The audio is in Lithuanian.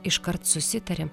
iškart susitarėm